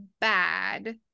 bad